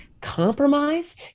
compromise